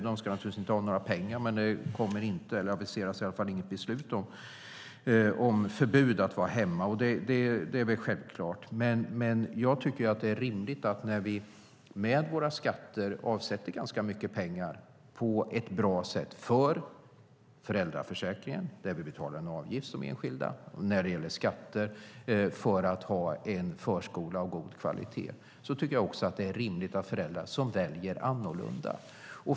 De ska naturligtvis inte ha några pengar, men det aviseras i alla fall inte något förbud mot att vara hemma. Det är självklart. Jag tycker att det är rimligt att när vi på ett bra sätt med våra skatter avsätter ganska mycket pengar för föräldraförsäkringen, där vi betalar en avgift som enskilda, och för att ha en förskola av god kvalitet, att föräldrar får välja annorlunda.